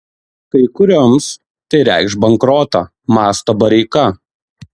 kai kurioms tai reikš bankrotą mąsto bareika